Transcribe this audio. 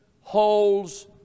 holds